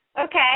Okay